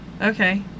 Okay